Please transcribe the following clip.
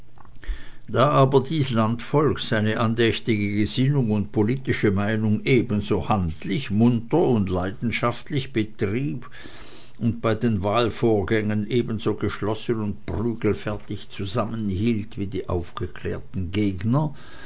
da aber dies landvolk seine andächtige gesinnung und politische meinung ebenso handlich munter und leidenschaftlich betrieb und bei den wahlvorgängen ebenso geschlossen und prügelfertig zusammenhielt wie die aufgeklärten gegner